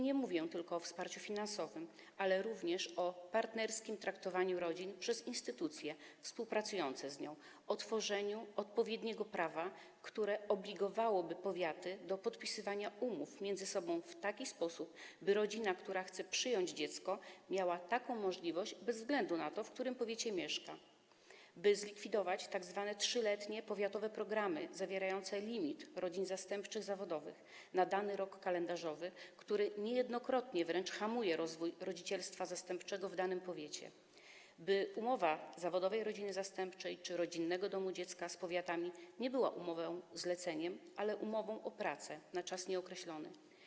Nie mówię tylko o wsparciu finansowym, ale również o partnerskim traktowaniu rodzin przez instytucje współpracujące z nimi, o tworzeniu odpowiedniego prawa, które obligowałoby powiaty do podpisywania umów między sobą w taki sposób, by rodzina, która chce przyjąć dziecko, miała taką możliwość bez względu na to, w którym powiecie mieszka, by zlikwidować tzw. 3-letnie powiatowe programy zawierające limit zawodowych rodzin zastępczych na dany rok kalendarzowy, który niejednokrotnie wręcz hamuje rozwój rodzicielstwa zastępczego w danym powiecie, by umowa zawodowej rodziny zastępczej czy rodzinnego domu dziecka z powiatami nie była umową zlecenia, ale umową o pracę na czas nieokreślony.